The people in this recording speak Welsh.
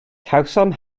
cawsom